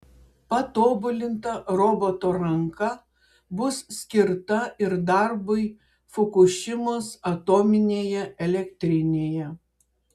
patobulinta roboto ranka bus skirta ir darbui fukušimos atominėje elektrinėje